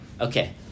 Okay